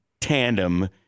tandem